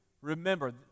Remember